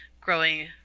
growing